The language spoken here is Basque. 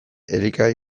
elikagai